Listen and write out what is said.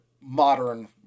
modern